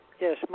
Yes